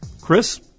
Chris